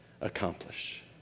accomplish